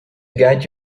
guide